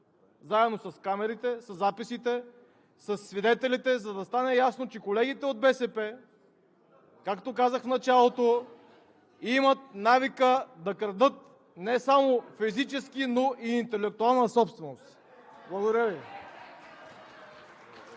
заедно с камерите, със записите, със свидетелите, за да стане ясно, че колегите от БСП, както казах в началото, имат навика да крадат не само физическа, но и интелектуална собственост. (Ръкопляскания